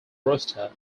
roster